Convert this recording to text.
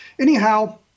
Anyhow